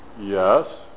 Yes